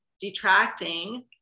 detracting